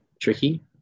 tricky